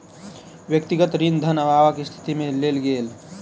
व्यक्तिगत ऋण धन अभावक स्थिति में लेल गेल